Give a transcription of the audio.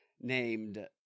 named